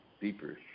deeper